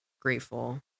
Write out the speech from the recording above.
grateful